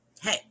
hey